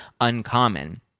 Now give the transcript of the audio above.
uncommon